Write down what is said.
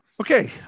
Okay